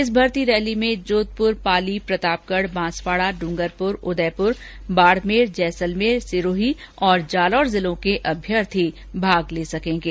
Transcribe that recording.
इस भर्ती रैली में जोधपुर पाली प्रतापगढ़ बांसवाड़ा डूंगरपुर उदयपुर बाड़मेर जैसलमेर सिरोही तथा जालौर जिलों के अभ्यर्थी शामिल हो सकेंगे